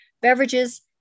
beverages